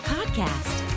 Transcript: Podcast